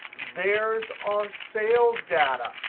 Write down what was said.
there's our sales data,